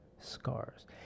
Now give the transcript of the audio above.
scars